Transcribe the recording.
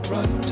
Run